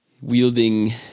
wielding